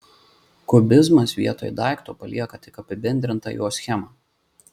kubizmas vietoj daikto palieka tik apibendrintą jo schemą